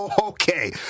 Okay